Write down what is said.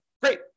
Great